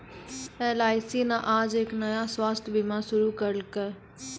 LIC न आज एक नया स्वास्थ्य बीमा शुरू करैलकै